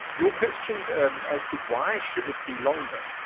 your question and as to why should it be longer,